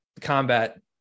combat